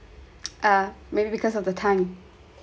uh maybe because of the time